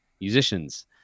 musicians